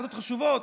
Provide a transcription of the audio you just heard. ועדות חשובות,